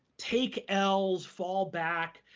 take l's, fall back,